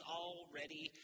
already